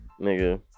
nigga